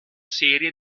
serie